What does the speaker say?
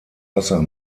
wasser